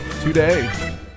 today